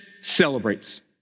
celebrates